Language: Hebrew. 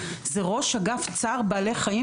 זה ראש אגף צער בעלי חיים,